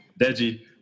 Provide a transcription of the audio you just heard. Deji